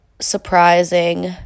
surprising